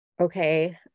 okay